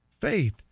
faith